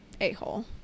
a-hole